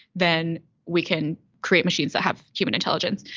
then we can create machines that have human intelligence.